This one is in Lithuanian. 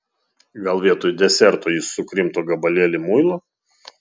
gal vietoj deserto jis sukrimto gabalėlį muilo